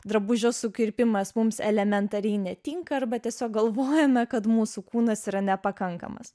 drabužių sukirpimas mums elementariai netinka arba tiesiog galvojame kad mūsų kūnas yra nepakankamas